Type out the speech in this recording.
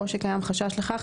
או שקיים חשש לכך,